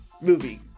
movie